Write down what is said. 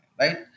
right